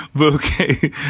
okay